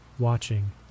watching